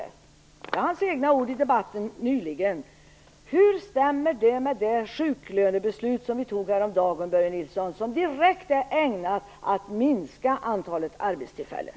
Det är hans egna ord i en debatt nyligen. Hur stämmer det med det sjuklönebeslut som vi tog häromdagen, Börje Nilsson? Det är ju direkt ägnat att minska antalet arbetstillfällen.